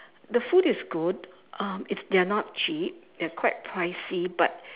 the food is good um it's they are not cheap they are quite pricey but